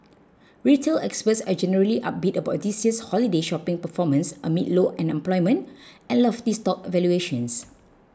retail experts are generally upbeat about this year's holiday shopping performance amid low unemployment and lofty stock valuations